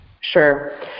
Sure